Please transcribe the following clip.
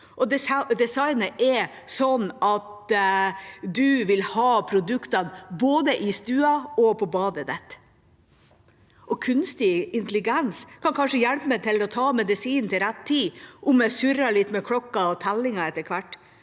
Designet er sånn at du vil ha produktene både i stua og på badet ditt. Kunstig intelligens kan kanskje hjelpe meg til å ta medisinen til rett tid om jeg surrer litt med klokka og tellinga etter hvert.